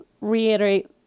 reiterate